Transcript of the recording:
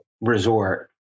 resort